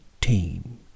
team